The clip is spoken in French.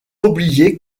oublier